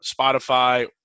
Spotify